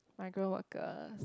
migrant workers